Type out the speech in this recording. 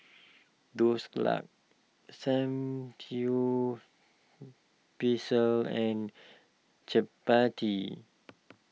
Dhoskla Samgyeopsal and Chapati